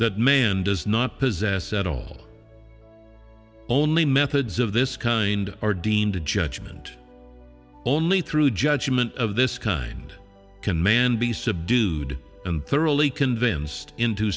that man does not possess at all only methods of this kind are deemed to judgment only through judgment of this kind can man be subdued and thoroughly convinced into